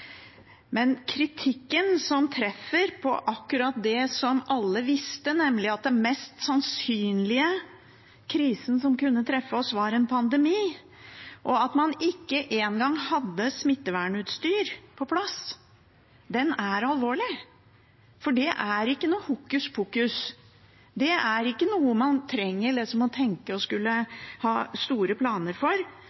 Men kritikken som treffer på akkurat det som alle visste, nemlig at den mest sannsynlige krisen som kunne treffe oss, var en pandemi, og at man ikke engang hadde smittevernutstyr på plass, er alvorlig – for det er ikke noe hokuspokus. Det er ikke noe man skulle ha trengt å tenke på og ha store planer for. Det gjelder det basisutstyret man skulle